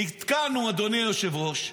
נתקענו, אדוני היושב-ראש,